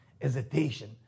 hesitation